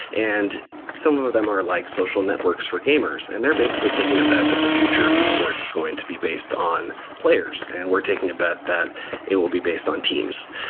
and some of of them are like social networks for gamers, and they're basically taking a bet that the future of esports is going to be based on players. and we're taking a bet that it will be based on teams.